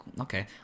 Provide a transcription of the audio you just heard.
okay